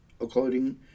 according